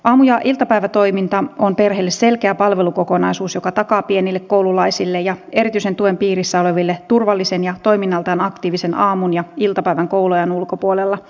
aamu ja iltapäivätoiminta on perheelle selkeä palvelukokonaisuus joka takaa pienille koululaisille ja erityisen tuen piirissä oleville turvallisen ja toiminnaltaan aktiivisen aamun ja iltapäivän kouluajan ulkopuolella